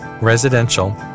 residential